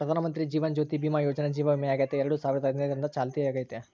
ಪ್ರಧಾನಮಂತ್ರಿ ಜೀವನ ಜ್ಯೋತಿ ಭೀಮಾ ಯೋಜನೆ ಜೀವ ವಿಮೆಯಾಗೆತೆ ಎರಡು ಸಾವಿರದ ಹದಿನೈದರಿಂದ ಚಾಲ್ತ್ಯಾಗೈತೆ